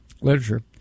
literature